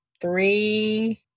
three